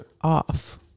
off